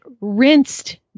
rinsed